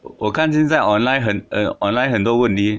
我看现在 online 很 online 很多问题